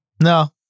No